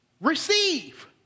Receive